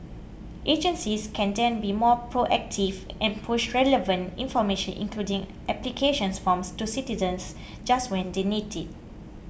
agencies can then be more proactive and push relevant information including applications forms to citizens just when they need it